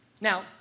Now